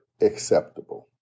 acceptable